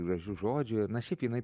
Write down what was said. gražų žodžių na šiaip jinai